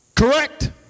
Correct